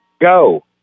Go